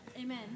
Amen